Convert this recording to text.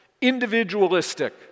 individualistic